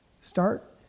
Start